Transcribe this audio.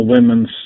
women's